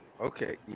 Okay